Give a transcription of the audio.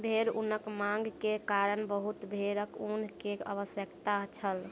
भेड़ ऊनक मांग के कारण बहुत भेड़क ऊन के आवश्यकता छल